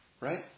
Right